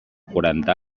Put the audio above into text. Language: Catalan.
quaranta